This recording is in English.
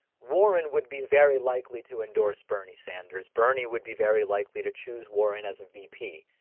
warren would be very likely to endorse bernie sanders bernie would be very likely to choose warren as a vp.